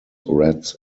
rats